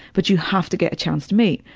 but you have to get a chance to meet.